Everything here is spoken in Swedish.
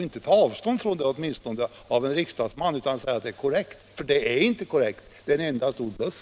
En riksdagsman borde åtminstone inte säga att påståendet är korrekt utan han borde ta avstånd från det. För påståendet är inte korrekt — det är en enda stor bluff.